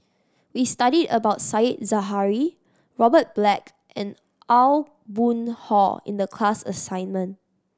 we studied about Said Zahari Robert Black and Aw Boon Haw in the class assignment